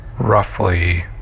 roughly